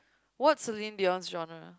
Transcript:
what Celine-Dion's genre